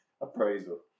appraisal